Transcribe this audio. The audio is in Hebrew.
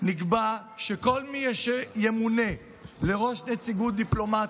נקבע שכל מי שימונה לראש נציגות דיפלומטית,